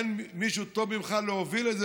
אין מישהו טוב ממך להוביל את זה,